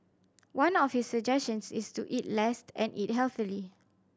one of his suggestions is to eat less and eat healthily